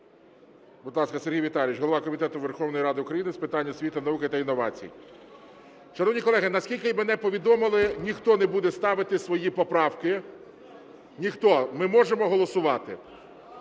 Будь ласка, Сергій Віталійович, голова Комітету Верховної Ради України з питань освіти, науки та інновацій. Шановні колеги, наскільки мене повідомили, ніхто не буде ставити свої поправки. Ніхто. Ми можемо голосувати?